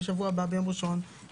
ביום ראשון בשבוע הבא.